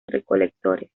recolectores